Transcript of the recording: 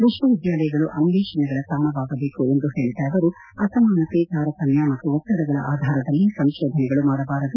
ವಿಶ್ವವಿದ್ಯಾಲಯಗಳು ಅನ್ನೇಷಣೆಗಳ ತಾಣವಾಗಬೇಕು ಎಂದು ಹೇಳಿದ ಅವರು ಅಸಮಾನತೆ ತಾರತಮ್ಯ ಮತ್ತು ಒತ್ತಡಗಳ ಆಧಾರದಲ್ಲಿ ಸಂಶೋಧನೆಗಳು ಮಾಡಬಾರದು